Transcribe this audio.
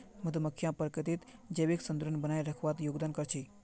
मधुमक्खियां प्रकृतित जैविक संतुलन बनइ रखवात योगदान कर छि